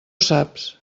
saps